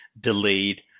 delayed